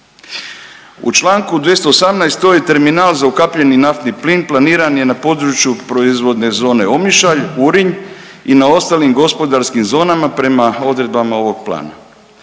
U članku 218. to je terminal za ukapljeni naftni plin planiran je na području proizvodne zone Omišalj Urinj i na ostalim gospodarskim zonama prema odredbama ovog plana.